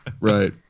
Right